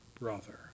brother